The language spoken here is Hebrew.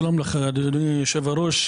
שלום לך, אדוני היושב-ראש.